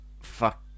fuck